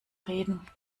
reden